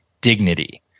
dignity